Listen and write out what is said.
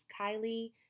Kylie